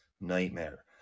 Nightmare